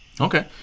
Okay